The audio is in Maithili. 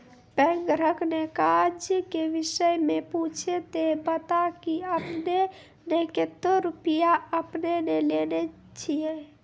बैंक ग्राहक ने काज के विषय मे पुछे ते बता की आपने ने कतो रुपिया आपने ने लेने छिए?